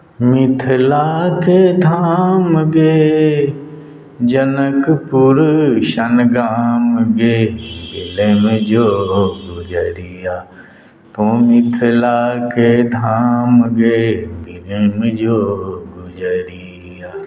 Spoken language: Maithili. मिथिलाके धाम गे जनकपुर सन गाम गे बिलमि जो गुजरिया तू मिथिलाके धाम गे बिलमि जो गुजरिया